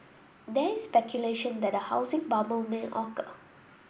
there is speculation that a housing bubble may occur